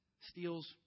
steals